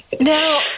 Now